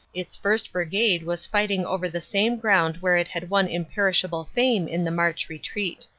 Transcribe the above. its first. brigade was fighting over the same ground where it had won imperishable fame in the march retreat.